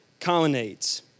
colonnades